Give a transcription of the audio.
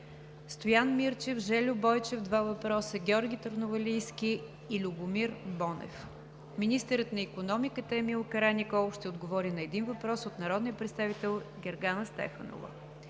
Стоян Мирчев, Жельо Бойчев (два въпроса); Георги Търновалийски и Любомир Бонев. 8. Министърът на икономиката Емил Караниколов ще отговори на един въпрос от народния представител Гергана Стефанова.